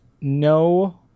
no